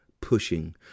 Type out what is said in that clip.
pushing